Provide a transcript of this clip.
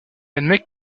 admet